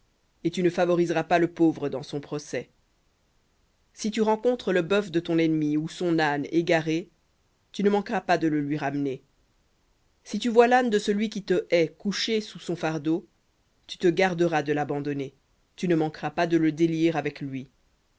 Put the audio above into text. et tu ne favoriseras pas le pauvre dans son procès v ou si tu rencontres le bœuf de ton ennemi ou son âne égaré tu ne manqueras pas de le lui ramener si tu vois l'âne de celui qui te hait couché sous son fardeau tu te garderas de l'abandonner tu ne manqueras pas de le délier avec lui